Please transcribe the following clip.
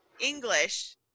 English